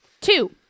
Two